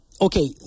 Okay